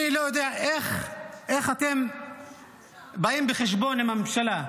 אני לא יודע איך אתם באים חשבון עם הממשלה,